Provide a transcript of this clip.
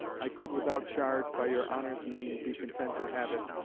i could without charge, by your honour's mean, be content to have it,